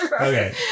Okay